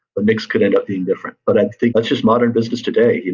the mix could end up being different, but i think that's just modern business today. you know